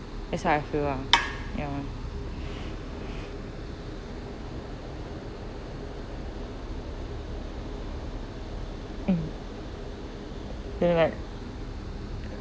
that's what I feel lah ya mm then like